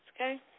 okay